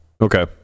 Okay